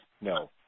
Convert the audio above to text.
No